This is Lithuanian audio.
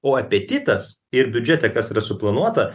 o apetitas ir biudžete kas yra suplanuota